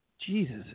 Jesus